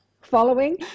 following